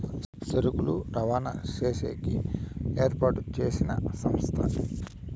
సరుకులు రవాణా చేసేకి ఏర్పాటు చేసిన సంస్థ